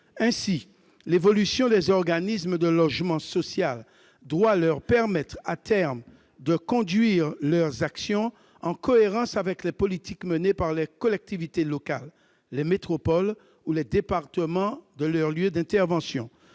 Ainsi, l'évolution des organismes de logement social doit leur permettre, à terme, de conduire leurs actions en cohérence avec les politiques menées par les collectivités locales, les métropoles ou les départements de leurs lieux d'intervention.